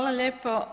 lijepo.